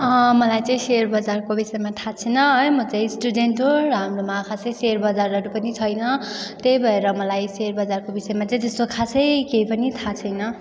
मलाई चाहिँ सेयर बजारको विषयमा थाहा छैन है म चाहिँ स्टुडेन्ट हो र हाम्रोमा खासै सेयर बजारहरू पनि छैन त्यही भएर मलाई सेयर बजारको विषयमा चाहिँ त्यस्तो खासै केही पनि थाहा छैन